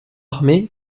armé